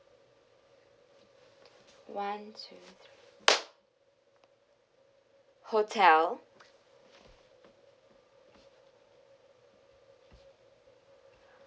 one two three hotel